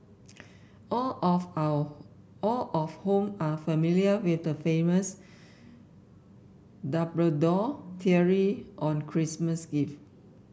all of all all of whom are familiar with the famous Dumbledore theory on Christmas gift